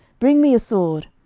bring me a sword.